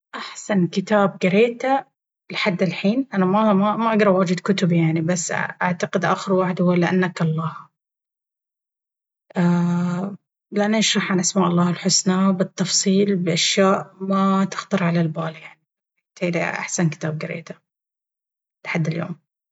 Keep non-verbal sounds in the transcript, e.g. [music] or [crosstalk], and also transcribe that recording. أحسن كتاب قريته لحد الحين… أنا [hesitation] ما أقرأ واجد كتب يعني بس أعتقد آخر واحد هو لأنك الله. [hesitation] لأن يشرح عن أسماء الله الحسنى بالتفصيل بأشياء ما تخطر على البال يعني يتهيأ لي هاي أحسن كتاب قريته… لحد اليوم.